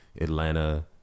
atlanta